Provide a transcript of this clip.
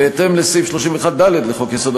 בהתאם לסעיף 31(ד) לחוק-יסוד: